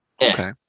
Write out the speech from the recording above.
Okay